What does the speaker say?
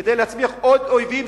כדי להצמיח עוד אויבים,